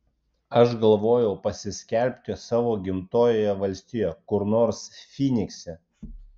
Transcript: aš galvojau pasiskelbti savo gimtojoje valstijoje kur nors fynikse